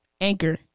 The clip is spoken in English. Anchor